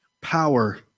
power